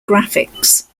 graphics